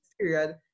period